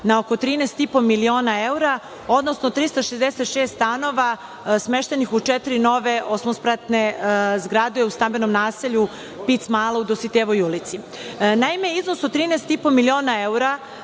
na oko 13,5 miliona evra, odnosno 366 stanova smeštenih u četiri nove osmospratne zgrade u stambenom naselju Pic mala u Dositejevoj ulici. Naime, iznos od 13,5 miliona evra